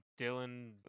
dylan